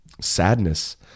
sadness